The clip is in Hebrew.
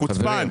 חוצפן.